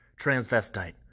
transvestite